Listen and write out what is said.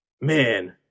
Man